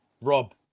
Rob